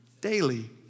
daily